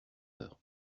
heures